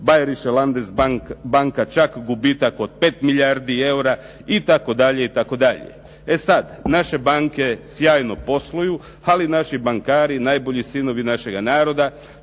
Bayerische landes banka čak gubitak od 5 milijardi eura itd., itd. E sad, naše banke sjajno posluju, ali naši bankari, najbolji sinovi našega naroda